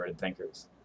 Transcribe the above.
thinkers